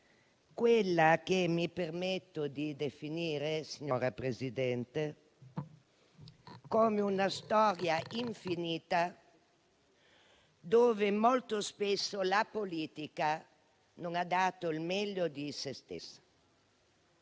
quella che mi permetto di definire, signora Presidente, come una storia infinita, in cui molto spesso la politica non ha dato il meglio di sé.